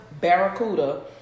Barracuda